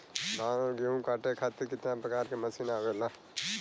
धान और गेहूँ कांटे खातीर कितना प्रकार के मशीन आवेला?